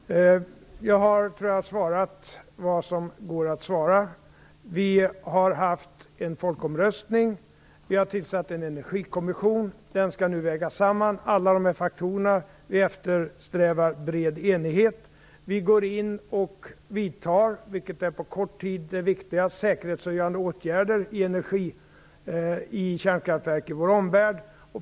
Fru talman! Jag har, tror jag, sagt vad som går att säga i mitt svar. Vi har haft en folkomröstning. Vi har tillsatt en energikommission som nu skall väga samman alla dessa faktorer. Vi eftersträvar bred enighet. Vi går in och vidtar - vilket på kort sikt är det viktiga - säkerhetshöjande åtgärder i kärnkraftverk i vår omvärld.